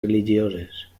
religioses